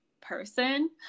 person